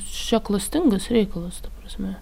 čia klastingas reikalas ta prasme